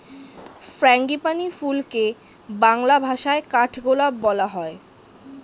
frangipani ফুলকে বাংলা ভাষায় কাঠগোলাপ বলা হয়